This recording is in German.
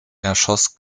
erschoss